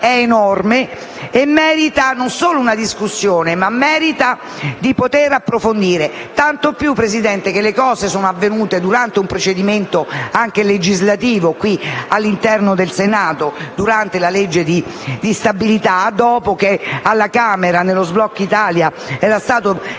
è enorme e merita non solo una discussione, ma anche di essere approfondita. Tanto più che le cose sono avvenute durante un procedimento legislativo all'interno del Senato, durante la legge di stabilità, dopo che alla Camera nello sblocca Italia